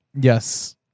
Yes